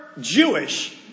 jewish